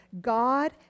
God